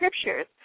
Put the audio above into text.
scriptures